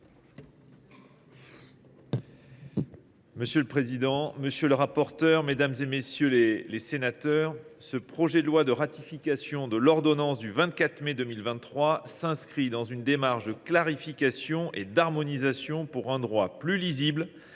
Monsieur le président, monsieur le rapporteur, mesdames, messieurs les sénateurs, ce projet de loi de ratification de l’ordonnance du 24 mai 2023 s’inscrit dans une démarche de clarification et d’harmonisation, pour un droit plus lisible